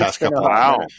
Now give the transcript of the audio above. Wow